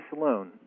alone